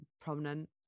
Prominent